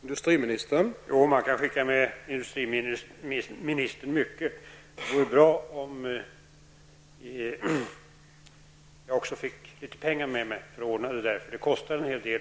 Herr talman! Jo, man kan skicka mycket med industriministern. Det vore dock bra om jag fick också litet pengar med mig. Det kostar en hel del.